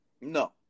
No